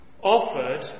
Offered